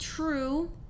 True